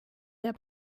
der